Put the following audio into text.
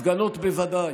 הפגנות, בוודאי,